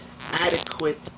Adequate